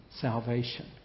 salvation